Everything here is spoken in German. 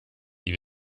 wie